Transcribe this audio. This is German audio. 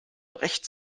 rechts